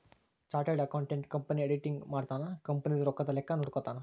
chartered accountant company auditing ಮಾಡ್ತನ company ದು ರೊಕ್ಕದ ಲೆಕ್ಕ ನೋಡ್ಕೊತಾನ